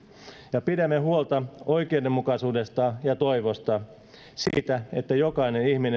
ja pidämme huolta oikeudenmukaisuudesta ja toivosta siitä että jokainen ihminen voi luottaa